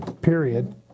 period